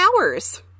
hours